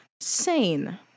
sane